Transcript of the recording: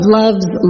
loves